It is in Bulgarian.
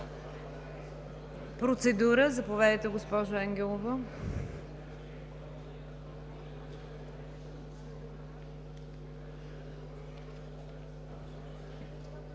Процедура – заповядайте, госпожо Ангелова.